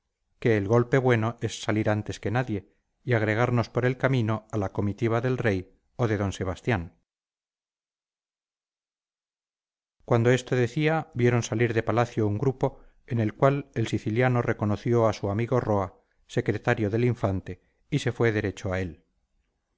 que el golpe bueno es salir antes que nadie y agregarnos por el camino a la comitiva del rey o de d sebastián cuando esto decía vieron salir de palacio un grupo en el cual el siciliano reconoció a su amigo roa secretario del infante y se fue derecho a él